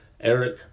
Eric